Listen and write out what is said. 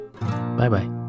Bye-bye